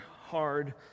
hard